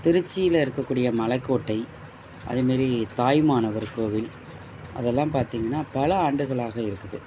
திருச்சியில் இருக்கக்கூடிய மலைக்கோட்டை அதே மாரி தாயுமானவர் கோவில் அதெல்லாம் பார்த்தீங்கன்னா பல ஆண்டுகளாக இருக்குது